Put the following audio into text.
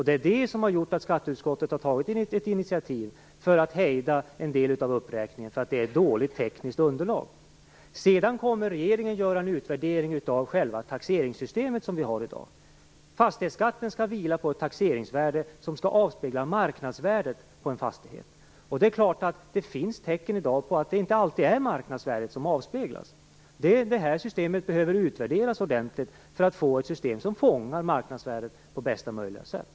Det är detta som har gjort att skatteutskottet har tagit ett initiativ för att hejda en del av uppräkningarna, eftersom det är ett dåligt tekniskt underlag. Sedan kommer regeringen att göra en utvärdering av själva det taxeringssystem vi har i dag. Fastighetsskatten skall vila på ett taxeringsvärde som skall avspegla marknadsvärdet på en fastighet. Det finns i dag tecken på att det inte alltid är marknadsvärdet som avspeglas. Systemet behöver utvärderas ordentligt för att vi skall få ett system som fångar marknadsvärdet på bästa möjliga sätt.